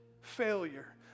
failure